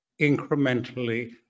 incrementally